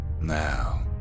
Now